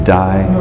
die